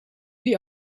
die